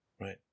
Right